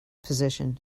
position